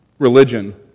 Religion